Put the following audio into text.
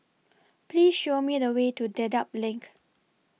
Please Show Me The Way to Dedap LINK